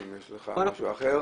ואם יש לך מישהו אחר,